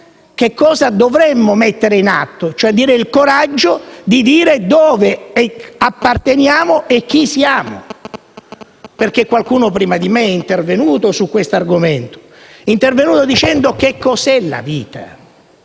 che cosa dovremmo mettere in atto, e cioè avere il coraggio di dire a cosa apparteniamo e chi siamo. Qualcuno prima di me è intervenuto su questo argomento e ha detto che cosa è la vita.